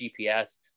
GPS